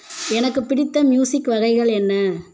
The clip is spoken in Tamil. எனக்கு பிடித்த மியூசிக் வகைகள் என்ன